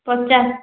ପଚାଶ୍